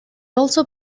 also